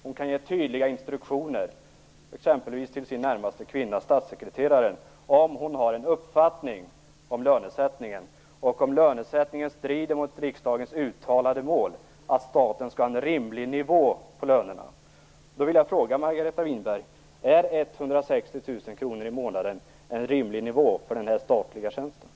Hon kan ge tydliga instruktioner exempelvis till sin närmaste kvinna, statssekreteraren, om hon har en uppfattning om lönesättningen och om lönesättningen strider mot riksdagens uttalade mål att staten skall ha en rimlig nivå på lönerna.